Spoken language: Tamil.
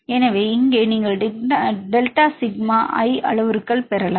எனவே இங்கே நீங்கள் டெல்டா சிக்மா i அளவுருக்கள் பெறலாம்